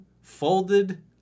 folded